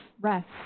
rest